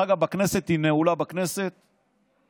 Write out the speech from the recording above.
דרך אגב, בכנסת היא נעולה בכספת בכנסת,